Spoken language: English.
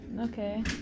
Okay